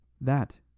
That